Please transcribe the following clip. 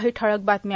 काही ठळक बातम्या